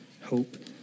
hope